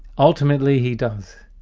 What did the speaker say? ultimately he does.